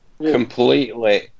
completely